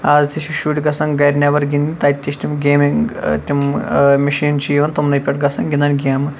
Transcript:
آز تہِ چھُ شُڑۍ گَژھان گَرٕ نیٚبَر گٕنٛدنہِ تَتتہِ چھِ گیمِنٛگ تِم مِشیٖن چھِ یِوان تمنٕے پٮ۪ٹھ گَژھان گِنٛدان گیمہٕ